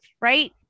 right